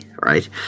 right